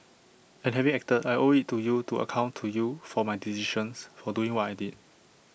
and having acted I owe IT to you to account to you for my decisions for doing what I did